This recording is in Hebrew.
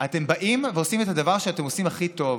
אתם באים ועושים את הדבר שאתם עושים הכי טוב: